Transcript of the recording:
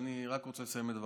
אני רק רוצה לסיים את דבריי.